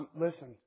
Listen